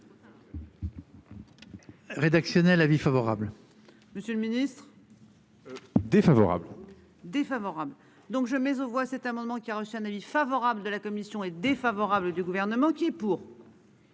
Rédactionnelle avis favorable. Monsieur le Ministre. Défavorable défavorable. Donc je mets aux voix cet amendement qui a reçu un avis favorable de la commission est défavorable du gouvernement qui est pour.